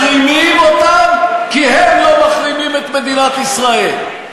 מחרימים אותם, כי הם לא מחרימים את מדינת ישראל.